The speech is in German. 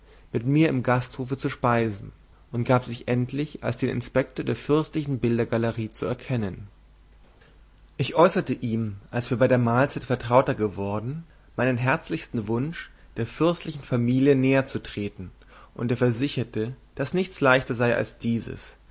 mit mir im gasthofe zu speisen und gab sich endlich als den inspektor der fürstlichen bildergalerie zu erkennen ich äußerte ihm als wir bei der mahlzeit vertrauter geworden meinen herzlichen wunsch der fürstlichen familie näherzutreten und er versicherte daß nichts leichter sei als dieses